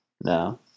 No